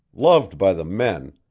loved by the men,